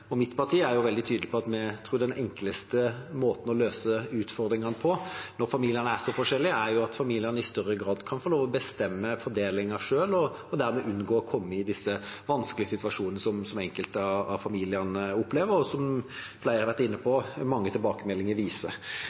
og mitt parti er veldig tydelig på at vi tror den enkleste måten å løse utfordringene på når familiene er så forskjellige, er at familiene i større grad kan få lov til å bestemme fordelingen selv, og dermed unngå å komme i disse vanskelige situasjonene som enkelte av familiene opplever, og som flere har vært inne på at mange tilbakemeldinger viser.